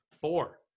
Four